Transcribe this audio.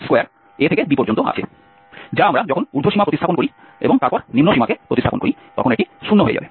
ab আছে যা আমরা যখন ঊর্ধ্ব সীমা প্রতিস্থাপন করি এবং তারপর নিম্ন সীমাকে প্রতিস্থাপন করি তখন এটি 0 হবে